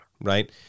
Right